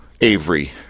Avery